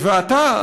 ואתה,